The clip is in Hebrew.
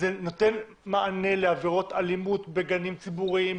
זה נותן מענה לעבירות אלימות בגנים ציבוריים,